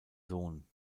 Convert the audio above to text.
sohn